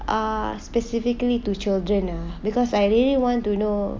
ah specifically to children ah because I really want to know